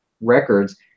records